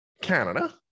Canada